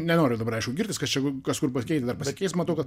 nenoriu dabar aišku girtis kas čia kažkur pasikeis dar pasikeis matau kad